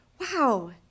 Wow